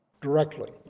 directly